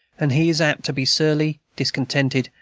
and he is apt to be surly, discontented,